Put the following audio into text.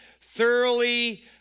thoroughly